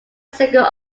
single